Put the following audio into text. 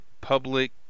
public